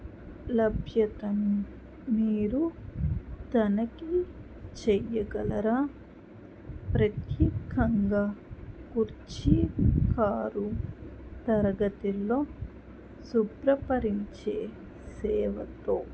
లభ్యతను మీరు తనఖీ చెయ్యగలరా ప్రత్యేకంగా కుర్చీ కారు తరగతిలో శుభ్రపరించే సేవతో